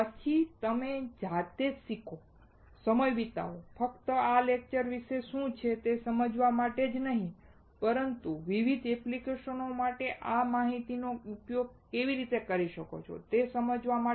પછી તમે જાતે જ શીખો સમય વિતાવો ફક્ત આ લેક્ચર વિશે શું છે તે સમજવા માટે જ નહીં પણ વિવિધ એપ્લિકેશનો માટે તમે આ માહિતીનો કેટલો ઉપયોગ કરી શકો છો તે સમજવા માટે